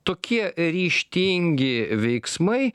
tokie ryžtingi veiksmai